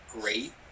great